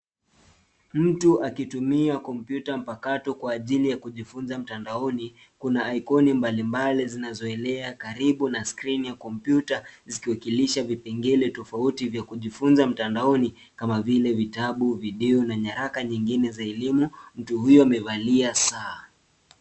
Mtu akitumia kompyuta mpakato kwa ajili ya kujifunza mtandaoni. Kuna ikoni mbalimbali zinazoelea karibu na skrini ya kompyuta zikiwakilisha vipengele tofauti vya kujifunza mtandaoni kama vile vitabu, video na nyaraka nyingine za elimu. Mtu huyo amevalia saa.